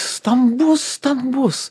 stambus stambus